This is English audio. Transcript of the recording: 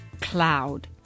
cloud